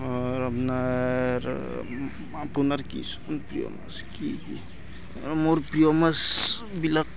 আপোনাৰ আপোনাৰ কিমান প্ৰিয় মাছ কি কি মোৰ প্ৰিয় মাছবিলাক